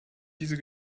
diese